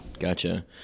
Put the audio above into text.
Gotcha